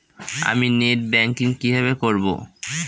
আমি net banking কিভাবে করব?